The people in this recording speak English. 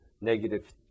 negative